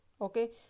Okay